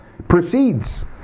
Proceeds